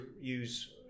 use